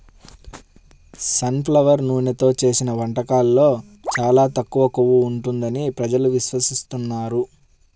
sun flower నూనెతో చేసిన వంటకాల్లో చాలా తక్కువ కొవ్వు ఉంటుంది ప్రజలు విశ్వసిస్తున్నారు